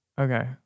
Okay